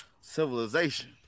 civilization